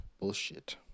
bullshit